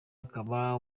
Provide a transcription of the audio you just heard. akaba